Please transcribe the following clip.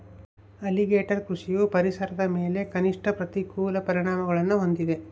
alligator ಕೃಷಿಯು ಪರಿಸರದ ಮೇಲೆ ಕನಿಷ್ಠ ಪ್ರತಿಕೂಲ ಪರಿಣಾಮಗುಳ್ನ ಹೊಂದಿದೆ